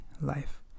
life